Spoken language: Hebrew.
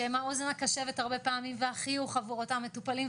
שהם האוזן הקשבת הרבה פעמים והחיוך עבור אותם מטופלים,